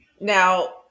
Now